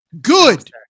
Good